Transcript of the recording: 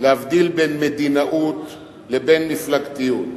להבדיל בין מדינאות לבין מפלגתיות".